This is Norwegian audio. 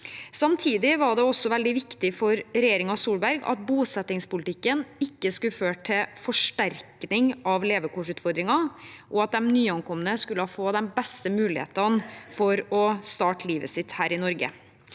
Samtidig var det også veldig viktig for regjeringen Solberg at bosettingspolitikken ikke skulle føre til forsterkning av levekårsutfordringer, og at de nyankomne skulle få de beste mulighetene til å starte livet sitt her i Norge.